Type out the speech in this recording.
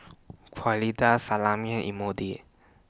Salami and Imoni